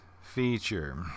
feature